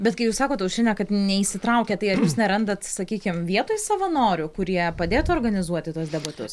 bet kai jūs sakot aušrine kad neįsitraukia tai ar jūs nerandat sakykime vietoj savanorių kurie padėtų organizuoti tuos debatus